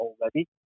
already